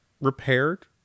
repaired